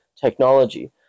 technology